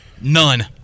None